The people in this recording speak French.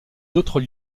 d’autres